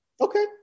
Okay